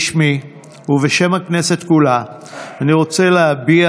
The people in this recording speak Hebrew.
בשמי ובשם הכנסת כולה אני רוצה להביע